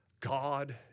God